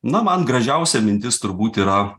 na man gražiausia mintis turbūt yra